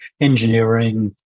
engineering